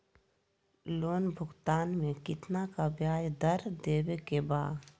Loan भुगतान में कितना का ब्याज दर देवें के बा?